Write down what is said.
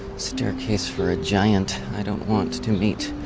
staircase for a giant. i don't want to meet